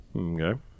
Okay